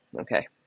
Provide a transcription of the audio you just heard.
Okay